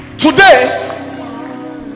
Today